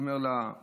הוא אומר למוכר.